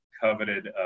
coveted